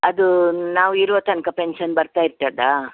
ಅದು ನಾವು ಇರುವ ತನಕ ಪೆನ್ಶನ್ ಬರ್ತಾ ಇರ್ತದಾ